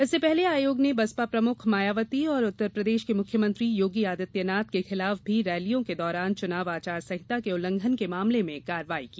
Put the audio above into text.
इससे पहले आयोग ने बसपा प्रमुख मायावती और उत्तरप्रदेश के मुख्यमंत्री योगी आदित्यनाथ के खिलाफ भी रैलियों के दौरान चुनाव आचार संहिता के उल्लंघन के मामले में कार्यवाही की